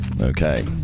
Okay